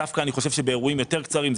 דווקא אני חושב שבאירועים יותר קצרים,